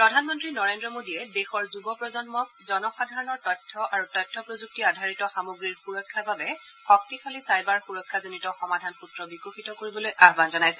প্ৰধানমন্ত্ৰী নৰেন্দ্ৰ মোডীয়ে দেশৰ যুবপ্ৰজন্মক জনসাধাৰণৰ তথ্য আৰু তথ্য প্ৰযুক্তি আধাৰিত সামগ্ৰীৰ সুৰক্ষাৰ বাবে শক্তিশালী চাইবাৰ সুৰক্ষাজনিত সমাধান সূত্ৰ বিকশিত কৰিবলৈ আহান জনাইছে